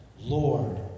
Lord